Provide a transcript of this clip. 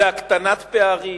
זה הקטנת פערים,